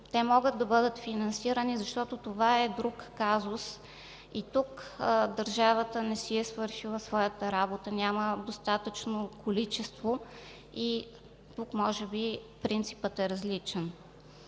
Те могат да бъдат финансирани, защото това е друг казус и тук държавата не си е свършила своята работа, няма достатъчно количество и тук може би принципът е различен.